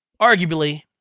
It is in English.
arguably